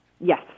Yes